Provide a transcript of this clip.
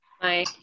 Hi